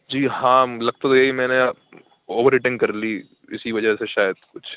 جی ہاں لگ تو رہی میں نے اوور ایٹنگ کر لی اِسی وجہ شاید کچھ